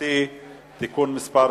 ממלכתי (תיקון מס'